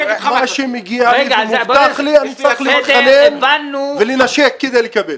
שמגיע והובטח לי, אני צריך להתחנן ולנשק כדי לקבל.